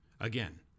Again